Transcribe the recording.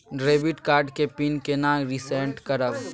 Debit card के PIN केना reset करब?